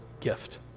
gift